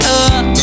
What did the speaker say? up